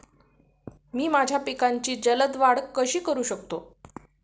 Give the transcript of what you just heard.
मी माझ्या पिकांची जलद वाढ कशी करू शकतो?